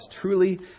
Truly